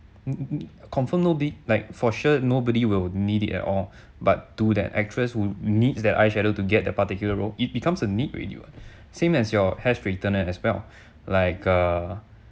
mmhmm confirm nobody like for sure nobody will need it at all but to that actress who needs that eyeshadow to get the particular role it becomes a need already what same as your hair straightener as well like uh